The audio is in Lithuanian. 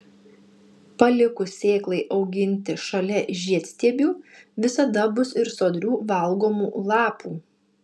palikus sėklai auginti šalia žiedstiebių visada bus ir sodrių valgomų lapų